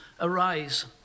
arise